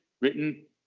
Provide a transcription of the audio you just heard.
written